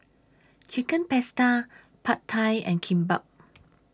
Chicken Pasta Pad Thai and Kimbap